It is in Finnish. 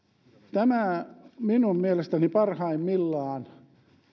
tämä minun mielestäni parhaimmillaan